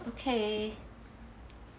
okay